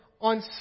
on